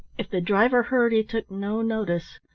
if the driver heard he took no notice.